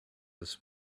this